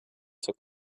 zur